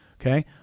okay